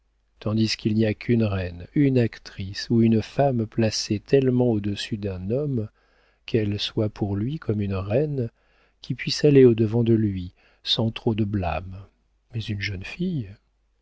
tandis qu'il n'y a qu'une reine une actrice ou une femme placée tellement au-dessus d'un homme qu'elle soit pour lui comme une reine qui puissent aller au-devant de lui sans trop de blâme mais une jeune fille